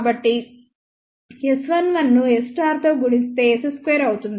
కాబట్టి S11 ను S తో గుణిస్తే S 2 అవుతుంది